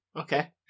Okay